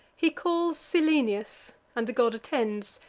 he calls cyllenius, and the god attends,